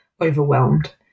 overwhelmed